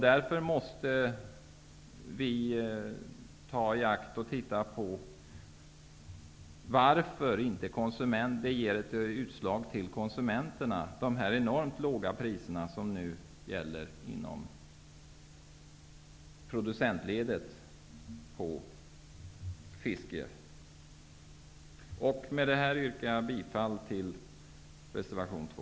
Därför måste vi titta på varför de enormt låga priser som nu gäller inom producentledet inte får genomslag till konsumenterna. Med detta yrkar jag bifall till reservation 2.